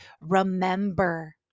remember